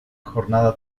jornada